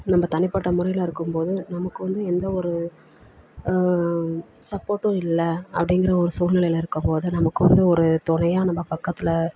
நம்ப தனிப்பட்ட முறையில் இருக்கும் போது நமக்கு வந்து எந்த ஒரு சப்போட்டும் இல்லை அப்படிங்குற ஒரு சூழ்நிலைல இருக்கும்போது நமக்கு வந்து ஒரு துணையா நம்ம பக்கத்தில்